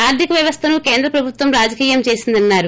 ఆర్గిక వ్యవస్థనూ కేంద్ర ప్రభుత్వం రాజకీయం చేసిందన్నారు